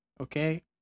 okay